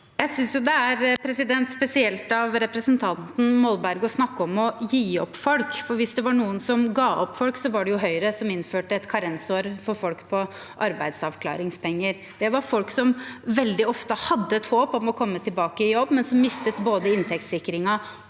Jeg synes det er spesielt av representanten Molberg å snakke om å gi opp folk, for hvis det var noen som ga opp folk, var det jo Høyre, som innførte et karensår for folk på arbeidsavklaringspenger. Det var folk som veldig ofte hadde et håp om å komme tilbake i jobb, men som mistet både inntektssikringen og